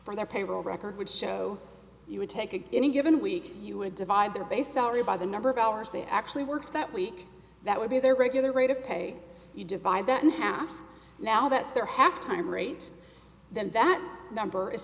from their payroll record would show you would take a in a given week you would divide their base salary by the number of hours they actually worked that week that would be their regular rate of pay you divide that in half now that's their half time rate then that number is